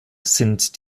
sind